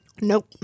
Nope